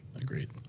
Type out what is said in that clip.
Agreed